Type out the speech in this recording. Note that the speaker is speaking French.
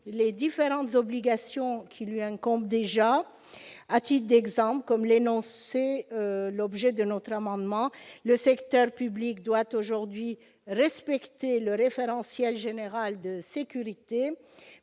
les différentes obligations qui lui incombent déjà. À titre d'exemple, comme l'énonce l'objet de notre amendement, le secteur public doit aujourd'hui respecter le référentiel général de sécurité